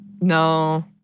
no